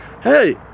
hey